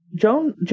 Joan